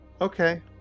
Okay